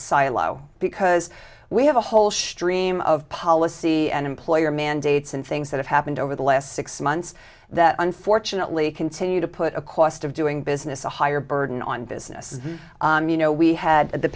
silo because we have a whole stream of policy and employer mandates and things that have happened over the last six months that unfortunately continue to put a cost of doing business a higher burden on businesses you know we had the